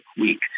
week